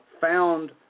found